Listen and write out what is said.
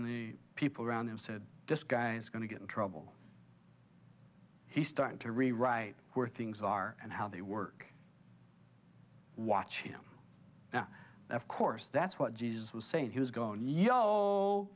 the people around him said this guy's going to get in trouble he started to rewrite where things are and how they work watch him now of course that's what jesus was saying he was going y